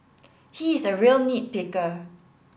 he is a real nit picker